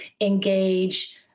engage